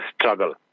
struggle